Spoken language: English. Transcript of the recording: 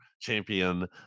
champion